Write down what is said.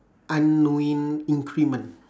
unknowing increment